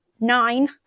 nine